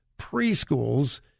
preschools